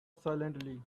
silently